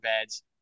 beds